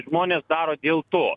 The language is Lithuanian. žmonės daro dėl to